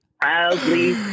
Proudly